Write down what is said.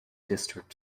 district